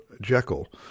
Jekyll